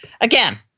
again